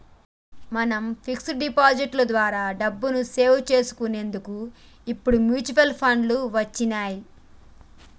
మనం fix deposit లో ద్వారా డబ్బుని సేవ్ చేసుకునేటందుకు ఇప్పుడు మ్యూచువల్ ఫండ్లు వచ్చినియ్యి